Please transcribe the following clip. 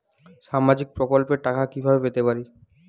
সামাজিক প্রকল্পের টাকা কিভাবে পেতে পারি?